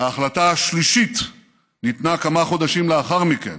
ההחלטה השלישית ניתנה כמה חודשים לאחר מכן,